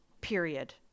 period